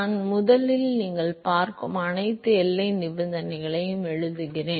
நான் முதலில் நீங்கள் பார்க்கும் அனைத்து எல்லை நிபந்தனைகளையும் எழுதுகிறேன்